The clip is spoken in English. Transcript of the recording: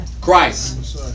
Christ